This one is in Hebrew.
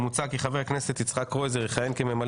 מוצע כי חבר הכנסת יצחק קרויזר יכהן כממלא